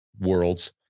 worlds